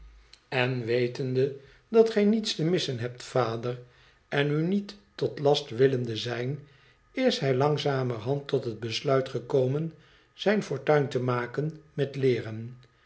n wetende dat gij niets te missen hebt vader en u niet tot last willende zijn is hij langzamerhand tot het besluit gekomen zijn fortuin te maken met leeren